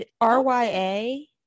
R-Y-A